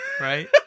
Right